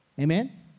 Amen